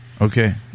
okay